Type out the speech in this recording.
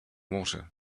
water